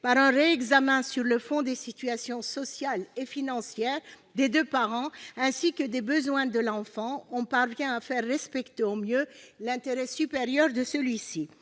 par un réexamen sur le fond des situations sociales et financières des deux parents, ainsi que des besoins de l'enfant, on parvient à faire respecter au mieux l'intérêt supérieur de celui-ci.